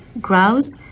grouse